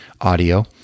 audio